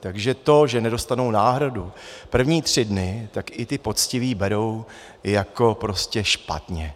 Takže to, že nedostanou náhradu první tři dny, tak i ti poctiví berou jako prostě špatně.